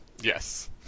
Yes